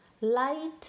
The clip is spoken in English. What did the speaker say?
Light